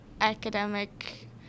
academic